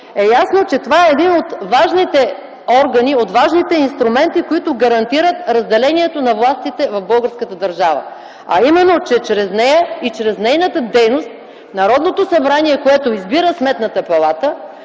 е ясно, че това е един от важните органи, от важните инструменти, които гарантират разделението на властите в българската държава, а именно, че чрез нея и чрез нейната дейност Народното събрание, което избира Сметната палата,